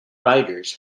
riders